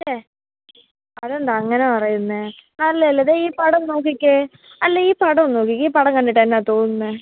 അല്ലേ അതെന്താ അങ്ങനെ പറയുന്നത് അല്ല അല്ല ദേ ഈ പടം നോക്കിക്കേ അല്ല ഈ പടം നോക്കിക്കേ ഈ പടം കണ്ടിട്ട് എന്താ തോന്നുന്നത്